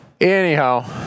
anyhow